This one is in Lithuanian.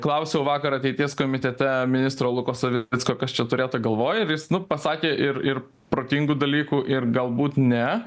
klausiau vakar ateities komitete ministro luko savicko kas čia turėta galvoj ir jis nu pasakė ir ir protingų dalykų ir galbūt ne